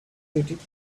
greetings